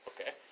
Okay